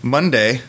Monday